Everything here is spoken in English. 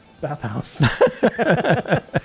bathhouse